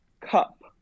cup